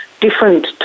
different